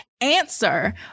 answer